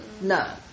No